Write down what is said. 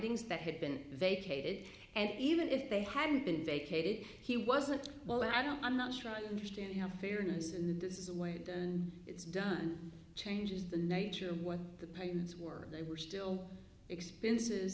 findings that had been vacated and even if they hadn't been vacated he wasn't well i don't i'm not sure i understand how fairness and this is the way it's done changes the nature of what the payments were they were still expenses